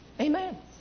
Amen